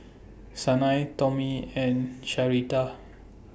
Sanai Tommy and Sharita